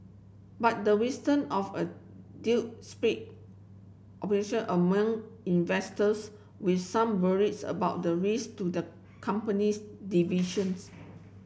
but the wisdom of a deal split among investors with some worries about the race to the company's divisions